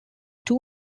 two